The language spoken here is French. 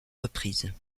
reprises